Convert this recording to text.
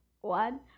one